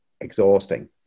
exhausting